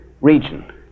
region